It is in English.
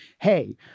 hey